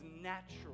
natural